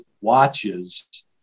watches